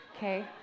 Okay